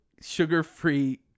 sugar-free